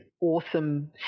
awesome